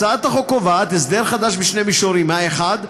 הצעת החוק קובעת הסדר חדש בשני מישורים: האחד,